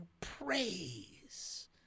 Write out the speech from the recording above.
praise